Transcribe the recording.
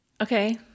Okay